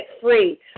free